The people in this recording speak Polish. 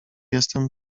jestem